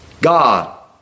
God